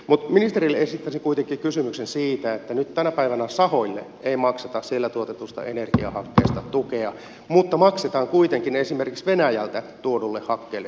mutta ministerille esittäisin kuitenkin kysymyksen siitä että nyt tänä päivänä sahoille ei makseta siellä tuotetusta energiahakkeesta tukea mutta kuitenkin esimerkiksi venäjältä tuodulle hakkeelle maksetaan tukea